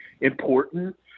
important